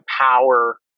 power